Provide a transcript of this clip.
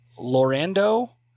Lorando